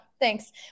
thanks